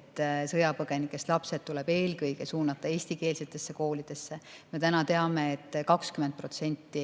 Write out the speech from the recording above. et sõjapõgenikest lapsed tuleb eelkõige suunata eestikeelsetesse koolidesse. Me täna teame, et 20%